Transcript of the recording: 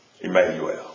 Emmanuel